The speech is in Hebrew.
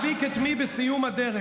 מי מדביק את מי בסיום הדרך?